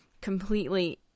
completely